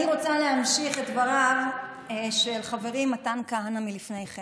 אני רוצה להמשיך את דבריו של חברי מתן כהנא מלפני כן.